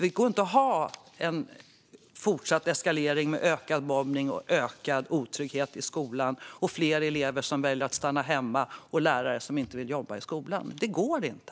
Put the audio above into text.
Vi kan inte ha en fortsatt eskalering av mobbningen och otryggheten i skolan med fler elever som väljer att stanna hemma och lärare som inte vill jobba i skolan. Det här går inte.